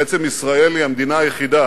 בעצם ישראל היא המדינה היחידה